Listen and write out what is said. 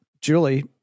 Julie